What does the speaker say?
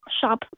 shop